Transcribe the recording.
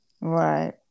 right